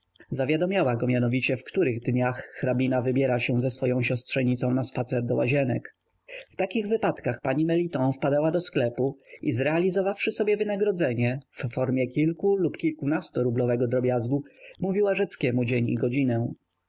zawiadamiała go mianowicie w których dniach hrabina wybiera się ze swoją siostrzenicą na spacer do łazienek w takich wypadkach pani meliton wpadała do sklepu i zrealizowawszy sobie wynagrodzenie w formie kilku lub kilkunasturublowego drobiazgu mówiła rzeckiemu dzień i godzinę